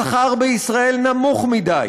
השכר בישראל נמוך מדי.